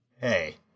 hey